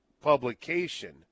publication